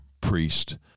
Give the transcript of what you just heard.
priest